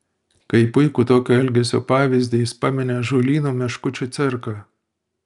kaip puikų tokio elgesio pavyzdį jis pamini ąžuolyno meškučių cirką